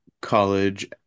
college